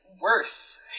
worse